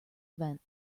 event